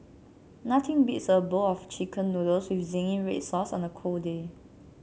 nothing beats a bowl of chicken noodles with zingy red sauce on a cold day